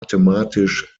mathematisch